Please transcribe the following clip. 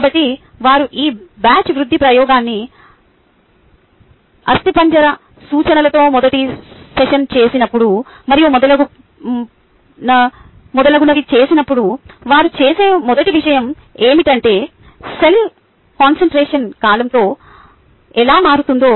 కాబట్టి వారు ఈ బ్యాచ్ వృద్ధి ప్రయోగాన్ని అస్థిపంజర సూచనలతో మొదటి సెషన్ చేసినప్పుడు మరియు మొదలగునవి చేసినప్పుడు వారు చూసే మొదటి విషయం ఏమిటంటే సెల్ కాన్సంట్రేషన్ కాలంతో ఎలా మారుతుందో